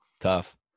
tough